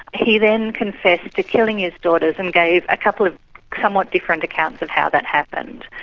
he then confessed to killing his daughters and gave a couple of somewhat different accounts of how that happened.